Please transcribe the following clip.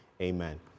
Amen